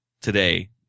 today